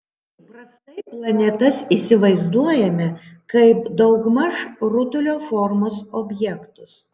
įprastai planetas įsivaizduojame kaip daugmaž rutulio formos objektus